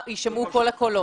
שיישמעו כל הקולות.